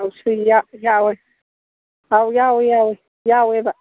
ꯑꯧ ꯁꯨꯏ ꯌꯥꯎꯌꯦ ꯑꯧ ꯌꯥꯎꯋꯤ ꯌꯥꯎꯋꯤ ꯌꯥꯎꯋꯦꯕ